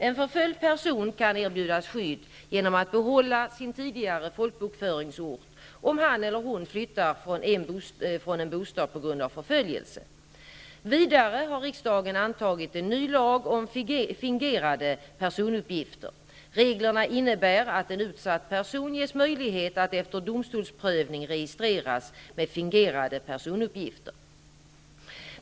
En förföljd person kan erbjudas skydd genom att behålla sin tidigare folkbokföringsort om han eller hon flyttar från en bostad på grund av förföljelse. Vidare har riksdagen antagit en ny lag om fingerade personuppgifter . Reglerna innebär att en utsatt person ges möjlighet att efter domstolsprövning registreras med fingerade personuppgifter.